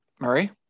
Murray